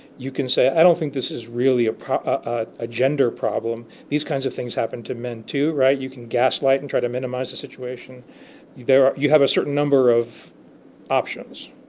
you can say i don't think this is really ah a gender problem. these kinds of things happen to men too right. you can gaslight and try to minimize the situation there you have a certain number of options